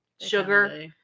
Sugar